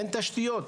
אין תשתיות,